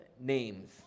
names